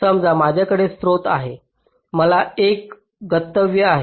समजा माझ्याकडे स्रोत आहे मला एक गंतव्य आहे